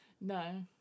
No